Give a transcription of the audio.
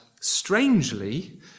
strangely